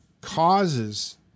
causes